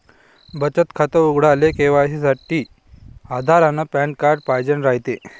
बचत खातं उघडाले के.वाय.सी साठी आधार अन पॅन कार्ड पाइजेन रायते